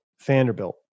Vanderbilt